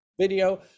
video